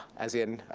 as in,